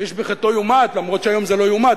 גם אם היום זה לא "יומת",